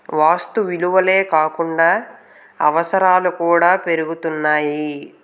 వస్తు విలువలే కాకుండా అవసరాలు కూడా పెరుగుతున్నాయి